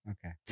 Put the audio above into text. Okay